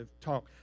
talk